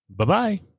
Bye-bye